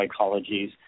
psychologies